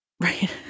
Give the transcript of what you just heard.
Right